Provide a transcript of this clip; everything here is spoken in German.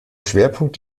schwerpunkt